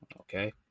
Okay